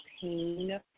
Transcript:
pain